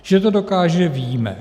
Že to dokáže, víme.